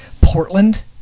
Portland